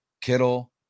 Kittle